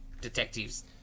Detective's